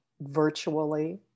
virtually